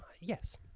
Yes